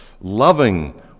loving